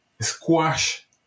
squash